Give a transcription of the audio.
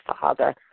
Father